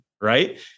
right